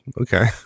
okay